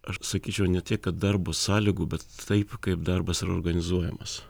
aš sakyčiau ne tiek kad darbo sąlygų bet taip kaip darbas yra organizuojamas